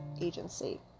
Agency